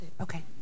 okay